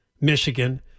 Michigan